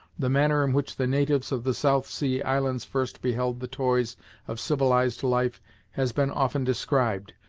the manner in which the natives of the south sea islands first beheld the toys of civilized life has been often described,